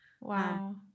wow